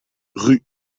rue